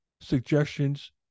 suggestions